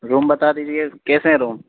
روم بتا دیجیے کیسے ہیں روم